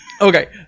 Okay